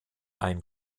ein